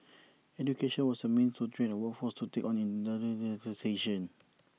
education was A means to train A workforce to take on